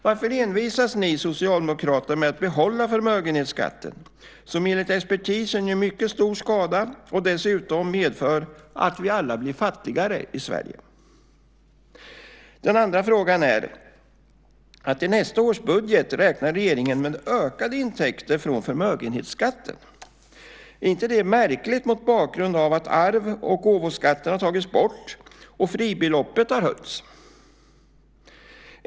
Varför envisas ni socialdemokrater med att behålla förmögenhetsskatten, som enligt expertisen gör mycket stor skada och dessutom medför att vi alla blir fattigare i Sverige? Den andra frågan handlar om att regeringen i nästa års budget räknar med ökade intäkter från förmögenhetsskatten. Är inte det märkligt mot bakgrund av att arvs och gåvoskatten har tagits bort och fribeloppet höjts?